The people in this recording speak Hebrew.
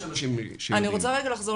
אני רוצה רגע לחזור